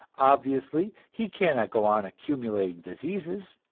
obviously, he cannot go on accumulating diseases,